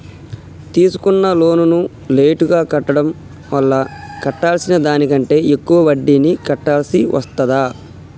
తీసుకున్న లోనును లేటుగా కట్టడం వల్ల కట్టాల్సిన దానికంటే ఎక్కువ వడ్డీని కట్టాల్సి వస్తదా?